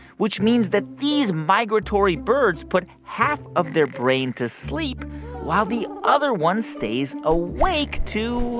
which means that these migratory birds put half of their brain to sleep while the other one stays awake to,